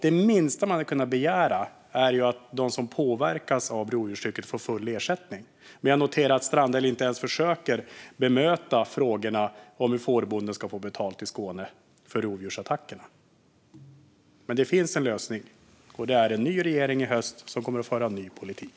Det minsta man hade kunnat begära är att de som påverkas av rovdjurstrycket får full ersättning, men jag noterar att Strandhäll inte ens försöker bemöta frågorna om hur fårbonden i Skåne ska få betalt för rovdjursattackerna. Men det finns en lösning, och det är en ny regering i höst, som kommer att föra en ny politik.